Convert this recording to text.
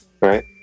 Right